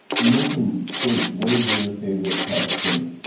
you mentioned steak. what is your favorite cut of steak,